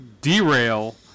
derail